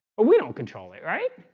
well, we don't control it right